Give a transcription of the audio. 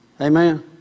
Amen